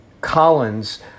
Collins